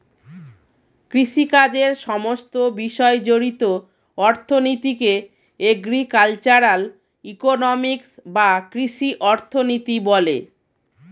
কৃষিকাজের সমস্ত বিষয় জড়িত অর্থনীতিকে এগ্রিকালচারাল ইকোনমিক্স বা কৃষি অর্থনীতি বলে